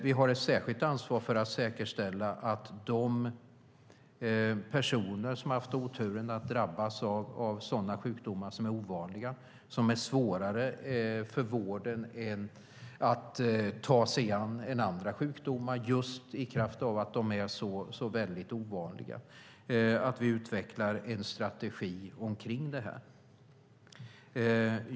Vi har ett särskilt ansvar för att utveckla en strategi för att säkerställa att de personer som har haft oturen att drabbas av sådana sjukdomar som är ovanliga och som är svårare för sjukvården att ta sig an än andra sjukdomar, just för att de är så väldigt ovanliga, får den vård de behöver.